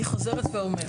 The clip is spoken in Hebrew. אני חוזרת ואומרת,